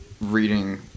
reading